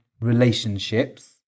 relationships